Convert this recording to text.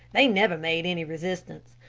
they never made any resistance.